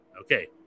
Okay